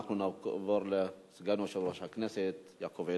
אנחנו נעבור לסגן יושב-ראש הכנסת יעקב אדרי.